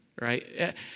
Right